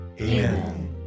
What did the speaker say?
Amen